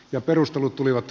ja perustelut tulivat